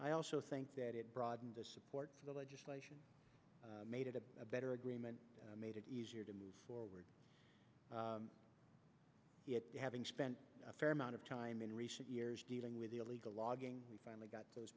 i also think that it broadened the support for the legislation made it a better agreement made it easier to move forward having spent a fair amount of time in recent years dealing with the illegal logging we finally got those